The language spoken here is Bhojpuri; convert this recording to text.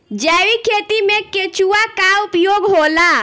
जैविक खेती मे केचुआ का उपयोग होला?